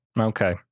Okay